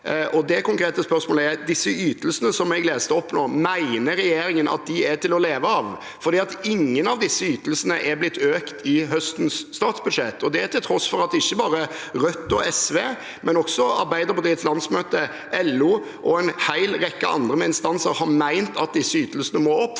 Det konkrete spørsmålet er: Mener regjeringen at de ytelsene som jeg leste opp nå, er til å leve av? Ingen av disse ytelsene er blitt økt i høstens statsbudsjett, og det til tross for at ikke bare Rødt og SV, men også Arbeiderpartiets landsmøte, LO og en hel rekke andre instanser har ment at disse ytelsene må opp,